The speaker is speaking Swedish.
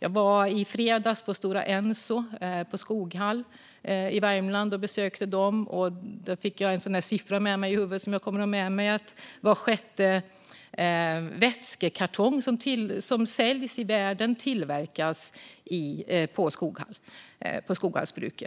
Jag besökte i fredags Stora Enso på Skoghall i Värmland. Då fick jag höra en siffra som jag kommer att bära med mig: Var sjätte vätskekartong som säljs i världen tillverkas på Skoghalls bruk.